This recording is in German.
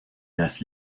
das